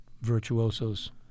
virtuosos